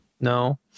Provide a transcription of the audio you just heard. No